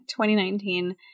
2019